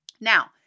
now